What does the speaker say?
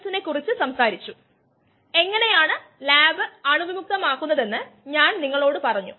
ക്ഷീര വ്യവസായത്തിൽ rennin lipase lactase എന്നിവ ഉപയോഗിക്കുന്നു